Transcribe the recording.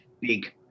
big